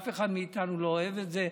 אף אחד מאיתנו לא אוהב את זה.